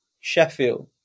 Sheffield